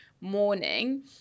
morning